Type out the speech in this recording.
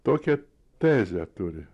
tokią tezę turi